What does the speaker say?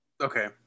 okay